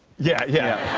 yeah, yeah.